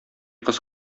кыз